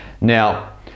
Now